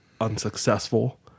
unsuccessful